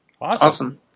Awesome